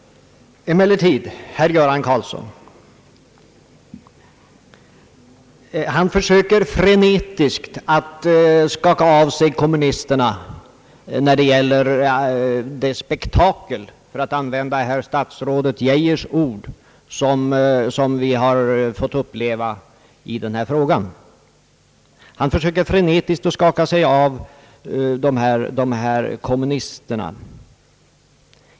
Herr Göran Karlsson försöker frenetiskt att skaka av sig kommunisterna när det gäller det spektakel — för att använda herr statsrådet Geijers ord — som vi har fått uppleva i denna fråga.